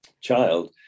child